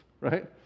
right